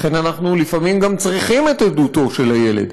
לכן אנחנו לפעמים גם צריכים את עדותו של הילד.